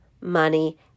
money